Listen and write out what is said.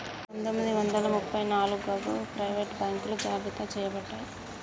పందొమ్మిది వందల ముప్ప నాలుగగు ప్రైవేట్ బాంకులు జాబితా చెయ్యబడ్డాయి